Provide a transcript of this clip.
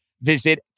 visit